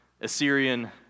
Assyrian